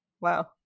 wow